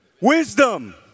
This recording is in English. Wisdom